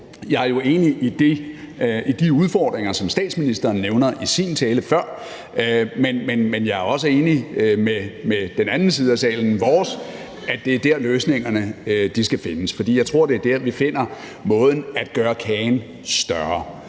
Jeg er jo enig i, at der er de udfordringer, som statsministeren nævnte i sin tale før, men jeg er også enig med den anden side af salen, vores side, i, at det er der, løsningerne skal findes, for jeg tror, at det er der, vi finder måden at gøre kagen større